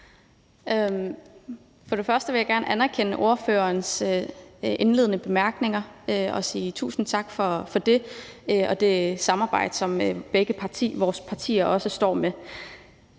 (SIU): Først vil jeg gerne anerkende ordførerens indledende bemærkninger og sige tusind tak for dem og det samarbejde, som vores partier også har.